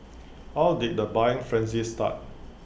how did the buying frenzy start